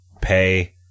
pay